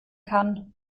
kann